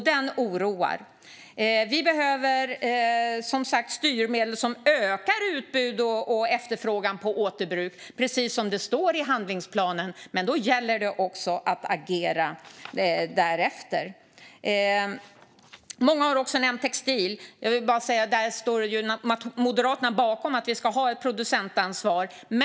Den oroar. Vi behöver som sagt styrmedel som ökar utbud och efterfrågan på återbruk, precis som det står i handlingsplanen, men då gäller det också att agera därefter. Många har också nämnt textil. Jag vill bara säga att Moderaterna står bakom att vi ska ha ett producentansvar när det gäller detta.